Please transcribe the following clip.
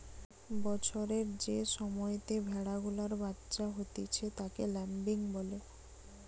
বছরের যে সময়তে ভেড়া গুলার বাচ্চা হতিছে তাকে ল্যাম্বিং বলে